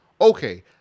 okay